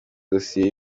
dosiye